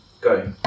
go